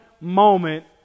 moment